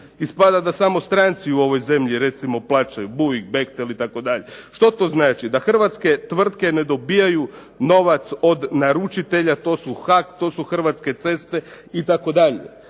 Ispada da samo stranci u ovoj zemlji plaćaju. "BUI", "Bechtel" itd. Što to znači? Da hrvatske tvrtke ne dobivaju novac od naručitelja. To su "HAK", to su "Hrvatske ceste" itd.